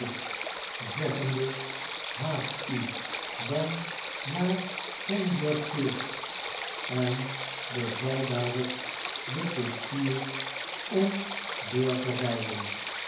zeggende ahaast u dan naar saint george's fields en be val daarop den koetsier om door te rijden